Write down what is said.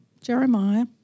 Jeremiah